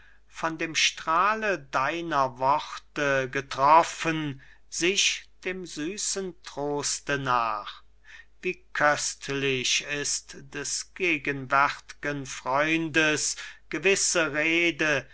von dem strahle deiner worte getroffen sich dem süßen troste nach wie köstlich ist des gegenwärt'gen freundes gewisse rede